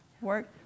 Work